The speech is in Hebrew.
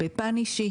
בפן אישי